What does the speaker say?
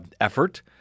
effort